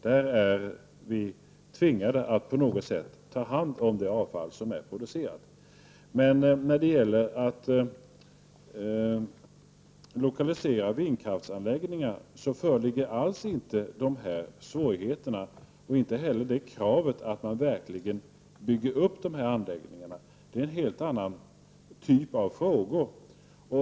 Vi är tvingade att på något sätt ta hand om det avfall som är producerat. Men när det gäller att lokalisera vindkraftsanläggningar föreligger alls inte de svårigheterna och inte heller kravet att man verkligen bygger upp anläggningarna. Det är en helt annan typ av frågor.